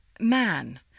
Man